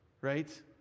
right